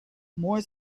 more